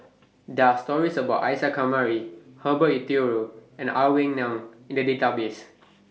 There Are stories about Isa Kamari Herbert Eleuterio and Ang Wei Neng in The Database